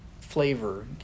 flavor